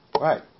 Right